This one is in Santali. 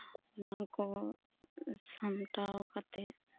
ᱚᱱᱟᱠᱩ ᱥᱟᱢᱴᱟᱣ ᱠᱟᱛᱮᱜ